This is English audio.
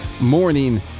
Morning